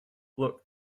look